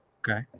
Okay